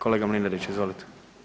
Kolega Mlinarić, izvolite.